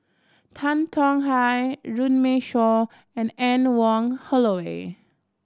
Tan Tong Hye Runme Shaw and Anne Wong Holloway